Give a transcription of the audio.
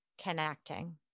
connecting